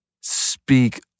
Speak